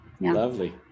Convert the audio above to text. lovely